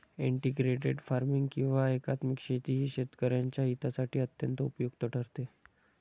integrated farming किंवा एकात्मिक शेती ही शेतकऱ्यांच्या हितासाठी अत्यंत उपयुक्त ठरते